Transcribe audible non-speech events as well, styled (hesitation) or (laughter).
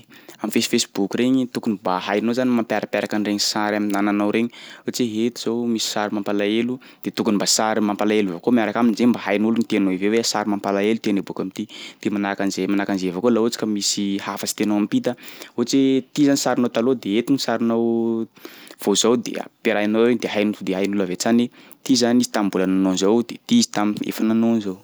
hoe (hesitation) am'face-facebook regny tokony mba hainao zany mampiarapiaraka an'iregny sary amin'ananao regny ohatsy hoe eto zao misy sary mampalahelo de tokony mba sary mampalahelo avao koa miaraka aminy zay mba hain'olo ny tianao hiavia hoe sary mampalahelo tiany aboaky am'ty de manahaky an'izay manahaky an'izay avao koa laha ohatry ka misy hafatsy tianao ampita ohatry hoe ty zany sarinao taloha de eto ny sarinao (noise) vao izao de ampiarahinao igny de hai- to de hain'olo avy hatrany ty zany izy tam'mbola nanao an'izao de ty izy tam'efa nanao an'izao.